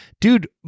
Dude